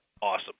awesome